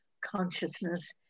consciousness